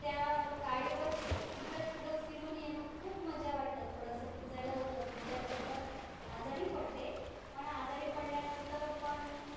त्या गाडीवर जिकडं तिकडं फिरून येणं खूप मजा वाटतं थोडंसं भिजायला होतं भिजल्यानंतर आजारी पडते पण आजारी पडल्यानंतर पण